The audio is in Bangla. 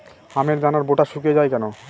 আমের দানার বোঁটা শুকিয়ে য়ায় কেন?